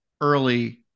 early